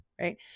right